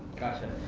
gotcha.